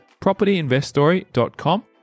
Propertyinveststory.com